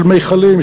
של מכלים,